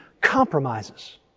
compromises